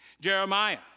Jeremiah